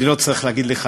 אני לא צריך להגיד לך,